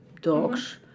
dogs